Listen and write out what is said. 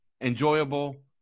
enjoyable